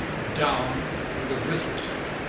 down with arithmetic!